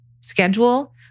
schedule